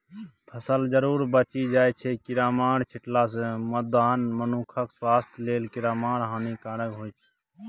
फसल जरुर बचि जाइ छै कीरामार छीटलासँ मुदा मनुखक स्वास्थ्य लेल कीरामार हानिकारक होइ छै